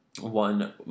one